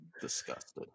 disgusted